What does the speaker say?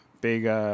big